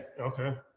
Okay